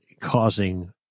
causing